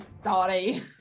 sorry